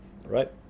right